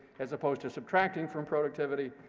as opposed to subtracting from productivity,